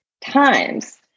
times